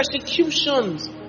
persecutions